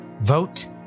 Vote